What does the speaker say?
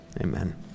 Amen